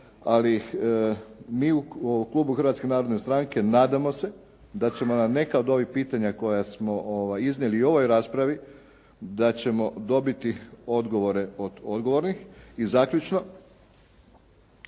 ali mi u klubu Hrvatske narodne stranke nadamo se da ćemo na neka od ovih pitanja koja smo iznijeli u ovoj raspravi, da ćemo dobiti odgovore od odgovornih. I zaključno.